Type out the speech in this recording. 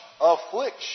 affliction